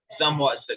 somewhat